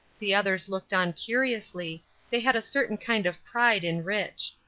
the others looked on curiously they had a certain kind of pride in rich.